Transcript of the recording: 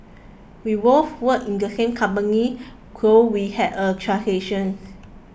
we both work in the same company so we had a transaction